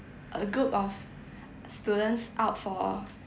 a group of students out for